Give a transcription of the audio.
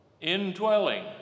indwelling